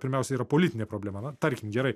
pirmiausia yra politinė problema na tarkim gerai